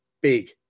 big